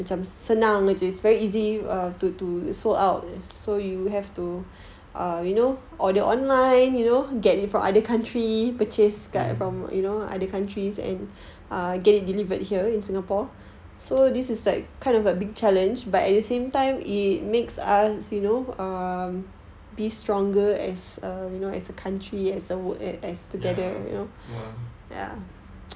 mm ya ya